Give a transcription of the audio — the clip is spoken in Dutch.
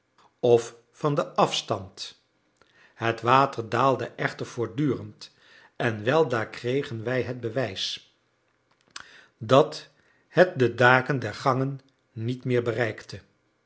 of van den afstand het water daalde echter voortdurend en weldra kregen wij het bewijs dat het de daken der gangen niet meer bereikte